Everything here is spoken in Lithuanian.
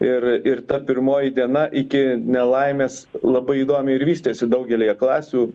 ir ir ta pirmoji diena iki nelaimės labai įdomiai ir vystėsi daugelyje klasių